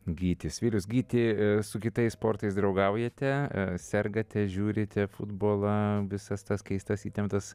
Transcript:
gytis vilius gyti su kitais sportais draugaujate sergate žiūrite futbolą visas tas keistas įtemptas